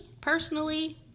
personally